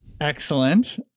Excellent